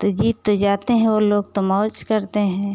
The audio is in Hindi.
तो जीत तो जाते हैं वे लोग तो मौज करते हैं